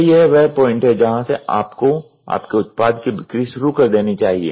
तो यह वह पॉइंट है जहाँ से आपको आपके उत्पाद की बिक्री शुरू कर देनी चाहिए